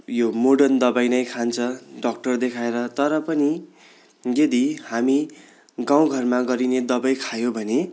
यो मोर्डन दबाई नै खान्छ डक्टर देखाएर तर पनि यदि हामी गाउँ घरमा गरिने दबाई खायो भने